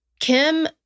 Kim